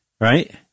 right